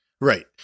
Right